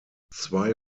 zwei